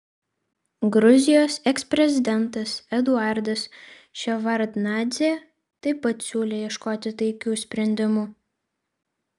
gruzijos eksprezidentas eduardas ševardnadzė taip pat siūlė ieškoti taikių sprendimų